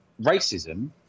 racism